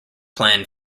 plan